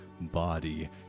body